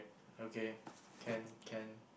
okay can can